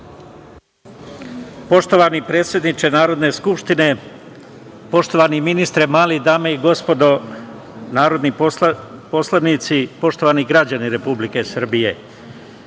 Poštovani predsedniče Narodne skupštine, poštovani ministre Mali, dame i gospodo narodni poslanici, poštovani građani Republike Srbije,